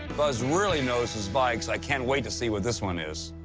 buzz really knows his bikes. i can't wait to see what this one is.